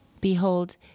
Behold